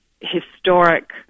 historic